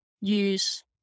use